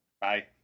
Bye